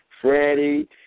Freddie